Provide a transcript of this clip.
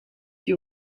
you